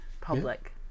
public